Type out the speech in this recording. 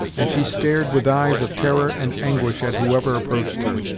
and she stared with eyes of terror and anguish at whoever approached her.